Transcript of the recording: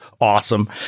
awesome